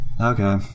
okay